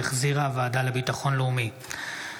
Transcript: שהחזירה הוועדה לביטחון לאומי,